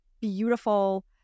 beautiful